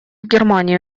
германии